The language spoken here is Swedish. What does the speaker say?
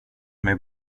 mig